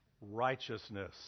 righteousness